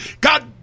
God